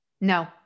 No